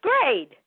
grade